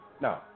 No